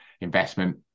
investment